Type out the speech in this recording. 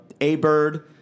A-Bird